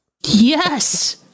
Yes